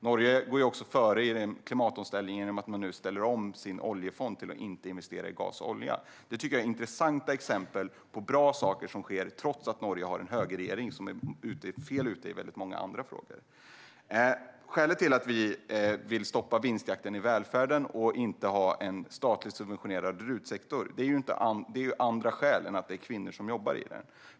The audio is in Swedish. Norge går också före i klimatomställningen genom att man nu ställer om sin oljefond till att inte investera i gas och olja. Jag tycker att det är intressanta exempel på bra saker som sker trots att Norge har en högerregering som är fel ute i väldigt många andra frågor. Skälen till att vi vill stoppa vinstjakten i välfärden och inte ha en statligt subventionerad RUT-sektor är andra än att det är kvinnor som jobbar där.